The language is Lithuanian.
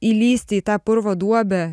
įlįsti į tą purvo duobę